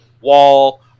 wall